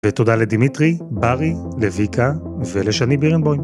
ותודה לדמיטרי, ברי, לויקה ולשני בירנבוים.